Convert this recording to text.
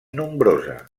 nombrosa